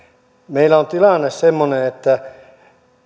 meillä on tilanne semmoinen että